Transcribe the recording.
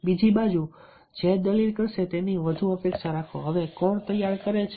બીજી બાજુ જે દલીલ કરશે તેની વધુ અપેક્ષા રાખો હવે કોણ તૈયાર કરે છે